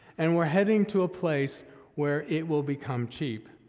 and we're heading to a place where it will become cheap,